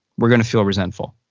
we're gonna feel resentful.